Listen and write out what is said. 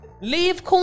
Leave